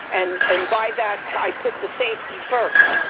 and and by that, i put the safety first.